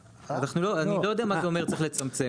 אני לא יודע מה זה אומר צריך לצמצם.